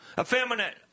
effeminate